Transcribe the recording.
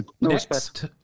Next